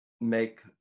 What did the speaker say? make